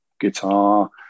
guitar